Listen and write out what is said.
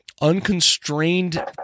unconstrained